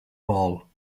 ball